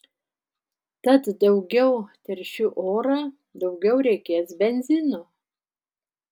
tad daugiau teršiu orą daugiau reikės benzino